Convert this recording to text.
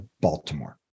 Baltimore